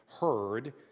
heard